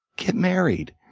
get married.